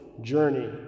journey